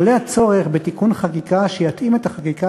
עולה הצורך בתיקון חקיקה שיתאים את החקיקה